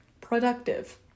productive